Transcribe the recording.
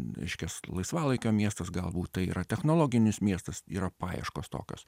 reiškias laisvalaikio miestas galbūt tai yra technologinis miestas yra paieškos tokios